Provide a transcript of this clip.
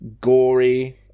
gory